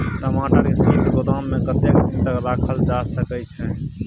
टमाटर के शीत गोदाम में कतेक दिन तक रखल जा सकय छैय?